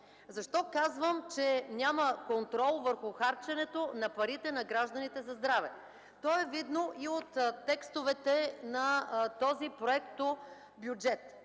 Защо казвам, че няма контрол върху харченето на парите на гражданите за здраве? То е видно и от текстовете на този проектобюджет.